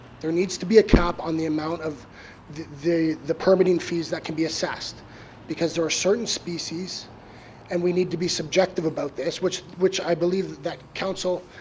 there needs to be a cap on the amount of the the permitting fees that can be assessed because there are certain species and we need to be subjective about this which which i believe that council,